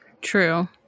True